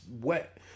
wet